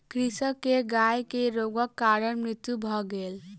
कृषक के गाय के रोगक कारण मृत्यु भ गेल